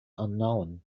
unknown